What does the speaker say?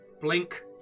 blink